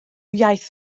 iaith